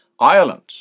ireland